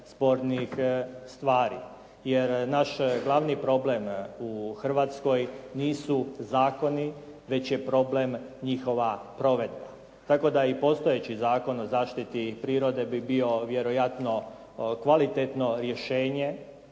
spornih stvari jer naš glavni problem u Hrvatskoj nisu zakoni već je problem njihova provedba, tako da i postojeći Zakon o zaštiti prirode bi bio vjerojatno kvalitetno rješenje